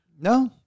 No